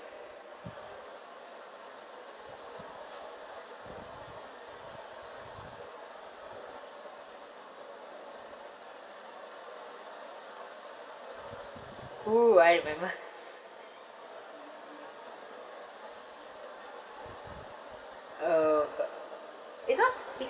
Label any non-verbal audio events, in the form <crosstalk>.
!woo! I remember uh <noise>